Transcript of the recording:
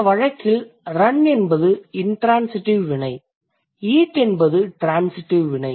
இந்த வழக்கில் ரன் என்பது இண்ட்ரான்சிடிவ் வினை ஈட் என்பது ட்ரான்சிடிவ் வினை